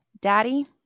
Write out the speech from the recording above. daddy